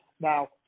now